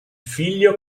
figlio